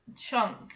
chunk